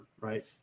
right